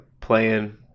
playing